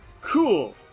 cool